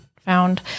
found